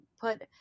put